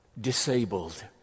disabled